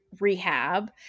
rehab